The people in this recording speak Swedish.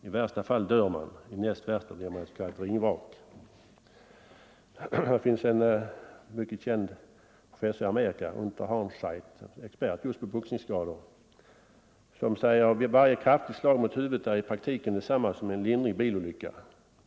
I värsta fall dör man. I näst värsta blir man ett s.k. ringvrak.” Det finns en mycket känd professor i Amerika, professor Unterharnscheidt, expert just på boxningsskador, som säger: ”Varje kraftigt slag mot huvudet är i praktiken detsamma som en lindrig bilolycka.